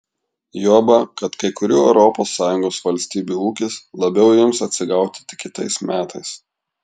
juoba kad kai kurių europos sąjungos valstybių ūkis labiau ims atsigauti tik kitais metais